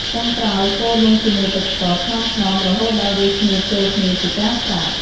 ចុងក្រោយ កូរនំជាមួយទឹកស្ករថ្នមៗ រហូតដល់វាស្ងួតចូលគ្នាជាការស្រេច។